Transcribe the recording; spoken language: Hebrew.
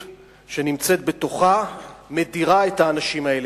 שנמצאת בתוכה מדירה את האנשים האלה.